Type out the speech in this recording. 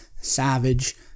savage